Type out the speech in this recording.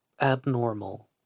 abnormal